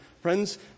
friends